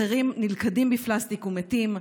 אחרים נלכדים בפלסטיק ומתים.